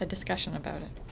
the discussion about it